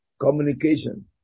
communication